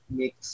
mix